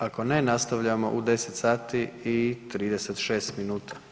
Ako ne, nastavljamo u 10 sati i 36 minuta.